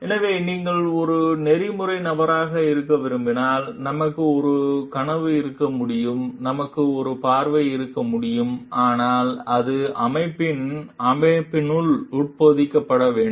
எனவே நீங்கள் ஒரு நெறிமுறை நபராக இருக்க விரும்பினால் நமக்கு ஒரு கனவு இருக்க முடியும் நமக்கு ஒரு பார்வை இருக்க முடியும் ஆனால் அது அமைப்பின் அமைப்பினுள் உட்பொதிக்கப்பட வேண்டும்